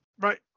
Right